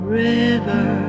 river